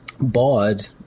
bod